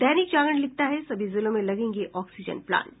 दैनिक जागरण लिखता है सभी जिलों में लगेंगे ऑक्सीजन प्लांट